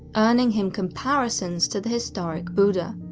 earning him comparisons to the historic buddha.